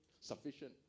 sufficient